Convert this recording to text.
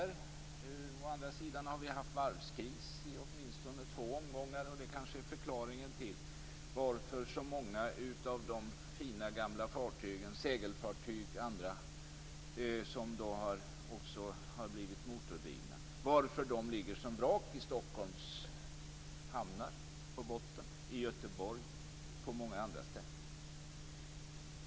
Å andra sidan har vi ju haft varvskris i åtminstone två omgångar. Det kanske är förklaringen till varför så många av de fina gamla fartygen, segelfartyg och andra som har blivit motordrivna, ligger som vrak på botten i Stockholms hamnar, i Göteborg och på många andra ställen.